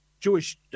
Jewish